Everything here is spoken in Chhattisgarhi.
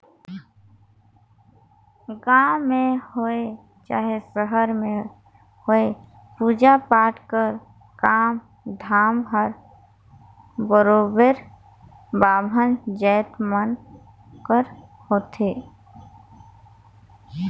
गाँव में होए चहे सहर में होए पूजा पाठ कर काम धाम हर बरोबेर बाभन जाएत मन कर होथे